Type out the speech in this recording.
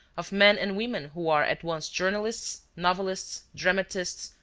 of men and women who are at once journalists, novelists, dramatists,